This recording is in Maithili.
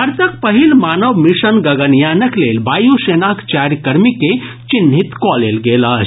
भारतक पहिल मानव मिशन गगनयानक लेल वायुसेनाक चारि कर्मी के चिन्हित कऽ लेल गेल अछि